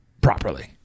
properly